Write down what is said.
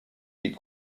die